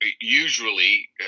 usually